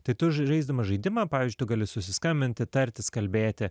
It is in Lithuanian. tai tu žaisdamas žaidimą pavyzdžiui tu gali susiskambinti tartis kalbėti